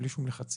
בלי שום לחצים,